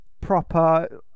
proper